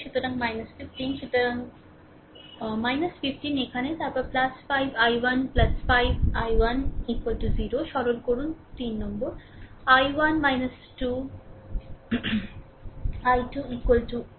সুতরাং 15 সুতরাং 15 এখানে তারপরে 5 I1 5 I1 0 সরল করুন 3 I1 - 2 I2